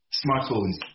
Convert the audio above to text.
smartphones